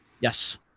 yes